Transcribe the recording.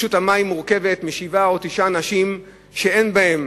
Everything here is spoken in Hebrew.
רשות המים מורכבת משבעה או תשעה אנשים שאין בהם